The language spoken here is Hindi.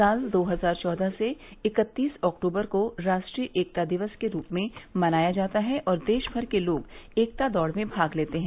साल दो हजार चौदह से इकत्तीस अक्टूबर को राष्ट्रीय एकता दिवस के रूप में मनाया जाता है और देश भर के लोग एकता दौड़ में भाग लेते हैं